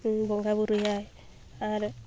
ᱵᱚᱸᱜᱟ ᱵᱳᱨᱳᱭᱟᱭ ᱟᱨ